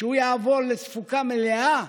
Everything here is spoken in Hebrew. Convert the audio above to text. וכשהוא יעבור לתפוקה מלאה,